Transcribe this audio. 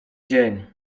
dzień